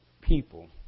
people